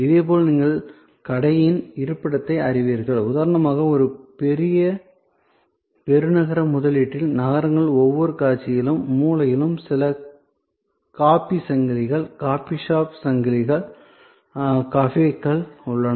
இதேபோல் நீங்கள் கடையின் இருப்பிடத்தை அறிவீர்கள் உதாரணமாக ஒரு பெரிய பெருநகர முதலீட்டு நகரங்களில் ஒவ்வொரு காட்சியிலும் மூலையிலும் சில காபி சங்கிலிகள் காபி ஷாப் சங்கிலிகள் கஃபேக்கள் உள்ளன